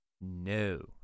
No